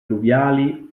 fluviali